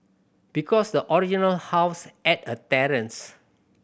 because the original house had a terrace